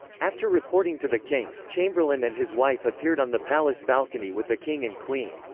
after reporting to the king, chamberlain and his wife appeared on the palace balcony with the king and queen.